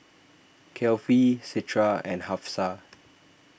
Kefli Citra and Hafsa